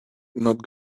not